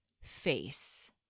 face